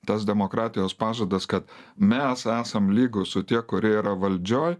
tas demokratijos pažadas kad mes esam lygūs su tie kurie yra valdžioj